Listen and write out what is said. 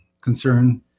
concern